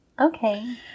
Okay